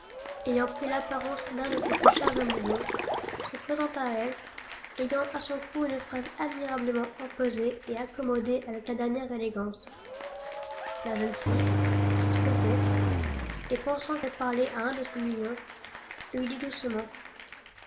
ayant pris l'apparence d'un de ses plus chers amoureux se présenta à elle ayant à son cou une fraise admirablement empesée et accommodée avec la dernière élégance la jeune fille trompée et pensant qu'elle parlait à un de ses mignons lui dit doucement